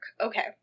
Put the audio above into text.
Okay